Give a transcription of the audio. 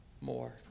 more